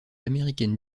américaine